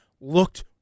looked